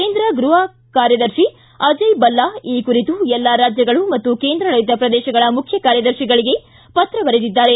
ಕೇಂದ್ರ ಗೃಹ ಕಾರ್ಯದರ್ತಿ ಅಜಯ್ ಬಲ್ಲಾ ಈ ಕುರಿತು ಎಲ್ಲಾ ರಾಜ್ಜಗಳು ಮತ್ತು ಕೇಂದ್ರಾಡಳಿತ ಪ್ರದೇಶಗಳ ಮುಖ್ಯ ಕಾರ್ಯದರ್ತಿಗಳಿಗೆ ಪತ್ರ ಬರೆದಿದ್ದಾರೆ